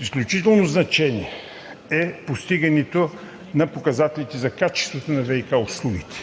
изключително значение е постигането на показателите за качеството на ВиК услугите.